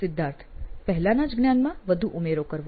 સિદ્ધાર્થ પહેલાના જ જ્ઞાનમાં વધુ ઉમેરો કરવો